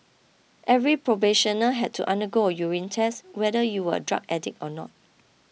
every probationer had to undergo a urine test whether you were a drug addict or not